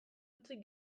hutsik